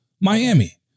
Miami